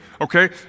Okay